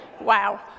Wow